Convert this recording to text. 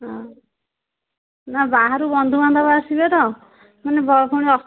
ହଁ ନା ବାହାରୁ ବନ୍ଧୁବାନ୍ଧବ ଆସିବେ ତ ମାନେ ବ ଫୁଣି